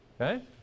Okay